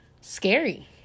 scary